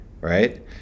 right